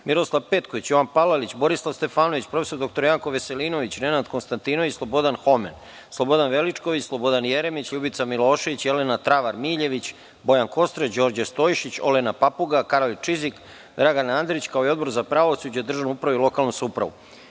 Miroslav Petković, Jovan Palalić, Borislav Stefanović, prof. dr Janko Veselinović, Nenad Konstantinović, Slobodan Homen, Slobodan Veličković, Slobodan Jeremić, Ljubica Milošević, Jelena Travar Miljević, Bojan Kostreš, Đorđe Stojšić, Olena Papuga, Karolj Čizik, Dragan Andrić, kao i Odbor za pravosuđe, državnu upravu i lokalnu